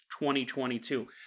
2022